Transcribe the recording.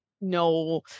no